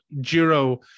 Jiro